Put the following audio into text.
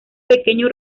pequeño